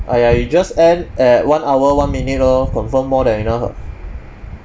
!aiya! you just end at one hour one minute lor confirm more than enough ah